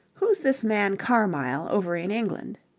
who's this man carmyle over in england?